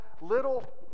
little